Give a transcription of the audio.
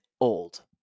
old